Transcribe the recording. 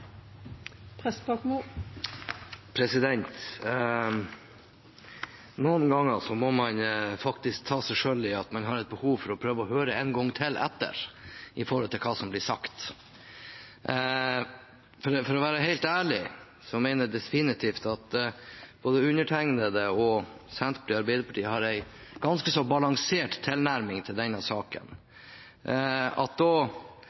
Noen ganger må man faktisk ta seg selv i at man har et behov for å prøve å høre etter en gang til når det gjelder hva som blir sagt. For å være helt ærlig, mener jeg definitivt at både undertegnede, Senterpartiet og Arbeiderpartiet har en ganske så balansert tilnærming til denne saken. At